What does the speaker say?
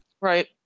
right